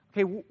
Okay